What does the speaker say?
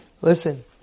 listen